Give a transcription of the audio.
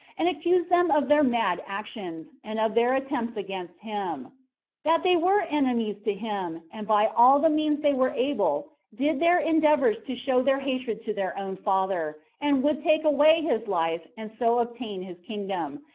and accused them of their mad actions, and of their attempts against him that they were enemies to him and by all the means they were able, did their endeavors to show their hatred to their own father, and would take away his life, and so obtain his kingdom,